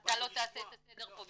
אתה לא תעשה את הסדר פה,